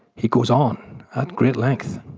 he goes on at great length.